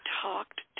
talked